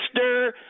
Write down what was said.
Mr